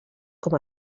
com